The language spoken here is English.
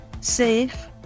safe